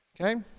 okay